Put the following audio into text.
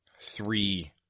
three